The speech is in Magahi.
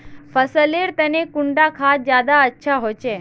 फसल लेर तने कुंडा खाद ज्यादा अच्छा होचे?